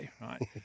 right